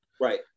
right